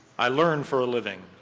i learn for a living.